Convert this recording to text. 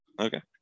okay